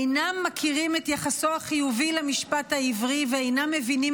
אינם מכירים את יחסו החיובי למשפט העברי ואינם מבינים